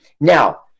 now